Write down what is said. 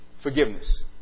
forgiveness